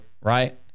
right